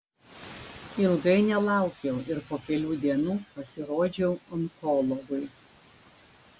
ilgai nelaukiau ir po kelių dienų pasirodžiau onkologui